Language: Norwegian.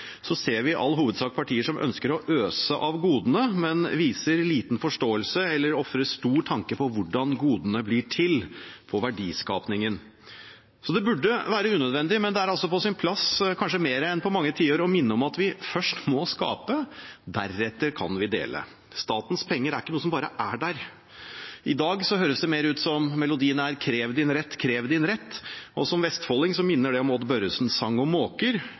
så ut som den gjør i dag, og det er også lenge siden venstresiden har brukt slagordet – forståelig nok. Når vi ser til venstre i det politiske landskapet i dag, ser vi i all hovedsak partier som ønsker å øse av godene, men som viser liten forståelse for eller ofrer liten tanke på hvordan godene og verdiskapingen blir til. Det burde være unødvendig, men det er altså på sin plass – kanskje mer enn på mange tiår – å minne om at vi først må skape, deretter kan vi dele. Statens penger er ikke noe som bare er der. I dag høres det mer